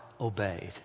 obeyed